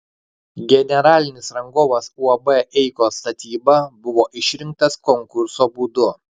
generalinis rangovas uab eikos statyba buvo išrinktas konkurso būdu